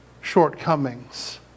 shortcomings